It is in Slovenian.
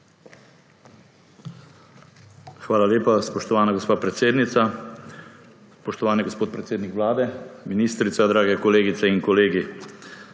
Hvala lepa, spoštovana gospa predsednica. Spoštovani gospod predsednik Vlade, ministrica, dragi kolegice in kolegi!